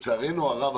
לצערנו הרב,